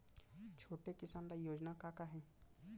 छोटे किसान ल योजना का का हे?